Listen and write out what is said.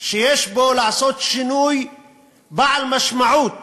שיש בו לעשות שינוי בעל משמעות